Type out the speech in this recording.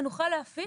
על מנת שנוכל להפיץ.